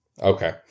Okay